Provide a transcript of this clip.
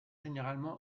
généralement